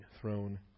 throne